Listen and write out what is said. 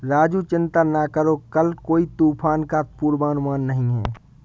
राजू चिंता ना करो कल कोई तूफान का पूर्वानुमान नहीं है